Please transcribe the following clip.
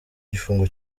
igifungo